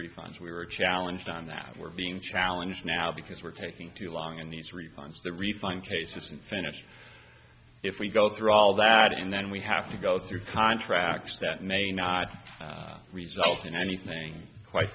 refunds we were challenged on that we're being challenge now because we're taking too long in these refunds the refund case isn't finished if we go through all of that and then we have to go through contracts that may not result in anything quite